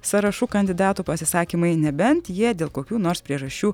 sąrašų kandidatų pasisakymai nebent jie dėl kokių nors priežasčių